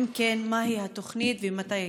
3. אם כן, מהי התוכנית ומתי היישום?